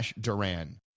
duran